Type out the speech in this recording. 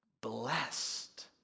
blessed